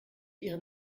ihren